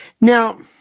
Now